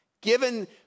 given